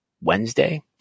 Wednesday